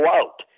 out